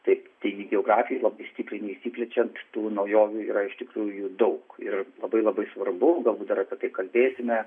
taip taigi geografijoj labai stipriai nesiplečiant tų naujovių yra iš tikrųjų daug ir labai labai svarbu galbūt dar apie tai kalbėsime